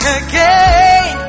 again